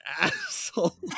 asshole